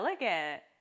elegant